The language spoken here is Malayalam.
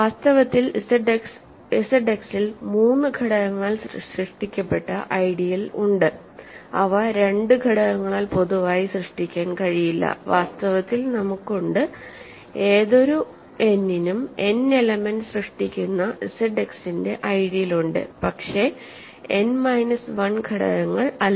വാസ്തവത്തിൽ ZX ൽ മൂന്ന് ഘടകങ്ങളാൽ സൃഷ്ടിക്കപ്പെട്ട ഐഡിയൽ ഉണ്ട് അവ 2 ഘടകങ്ങളാൽ പൊതുവായി സൃഷ്ടിക്കാൻ കഴിയില്ല വാസ്തവത്തിൽ നമുക്ക് ഉണ്ട് ഏതൊരു n നും n എലമെൻറ്സ് സൃഷ്ടിക്കുന്ന ZX ന്റെ ഐഡിയൽ ഉണ്ട് പക്ഷേ n മൈനസ് 1 ഘടകങ്ങൾ അല്ല